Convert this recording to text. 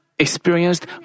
Experienced